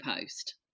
post